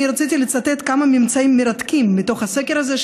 רציתי לצטט כמה ממצאים מרתקים מתוך הסקר הזה,